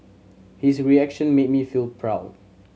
his reaction made me feel proud